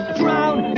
drown